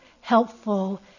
helpful